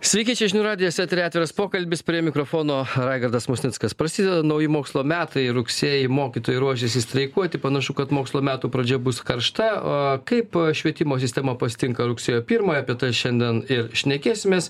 sveiki čia žinių radijas eteryje atviras pokalbis prie mikrofono raigardas musnickas prasideda nauji mokslo metai rugsėjį mokytojai ruošiasi streikuoti panašu kad mokslo metų pradžia bus karšta o kaip švietimo sistema pasitinka rugsėjo pirmąją apie tai šiandien ir šnekėsimės